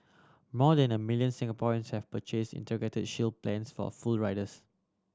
more than a million Singaporeans have purchased Integrated Shield plans for full riders